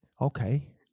Okay